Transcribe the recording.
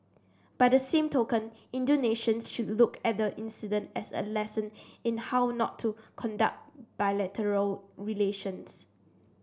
by the same token Indonesians should look at the incident as a lesson in how not to conduct bilateral relations